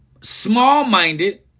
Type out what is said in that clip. small-minded